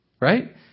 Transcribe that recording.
Right